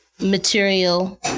material